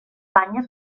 banyes